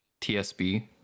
TSB